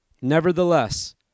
nevertheless